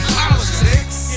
politics